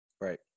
Right